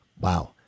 Wow